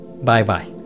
Bye-bye